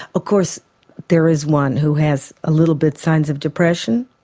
of course there is one who has a little bit signs of depression,